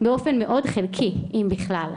באופן מאוד חלקי, אם בכלל.